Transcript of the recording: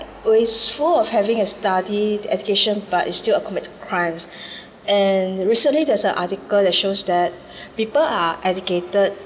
is full of having a study education but it's still a commit crimes and recently there's a article that shows that people are educated